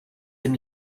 dem